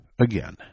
again